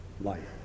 life